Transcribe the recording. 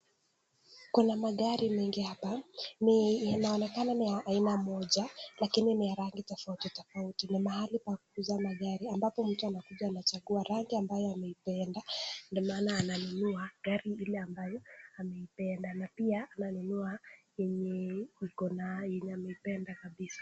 Kuna magari mengi hapa. Inaonekana ni ya aina moja lakini ni ya rangi tofauti tofauti. Ni mahali pa kuuza magari ambapo mtu anakuja anachagua rangi ambayo ameipenda ndio maana ananunua gari ile ambayo ameipenda na pia ananunua yenye ameipenda kabisa.